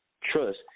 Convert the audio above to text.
trust